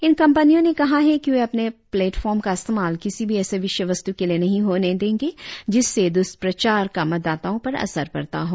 इन कंपनियों ने कहा है कि वे अपने प्लेटफोर्म का इस्तेमाल किसी भी ऐसी विषय वस्तु के लिए नहीं होने देंगे जिससे दुष्प्रचार का मतदाताओं पर असर पड़ता हो